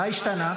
--- מה השתנה?